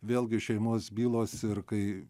vėlgi šeimos bylos ir kai